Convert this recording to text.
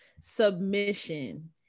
submission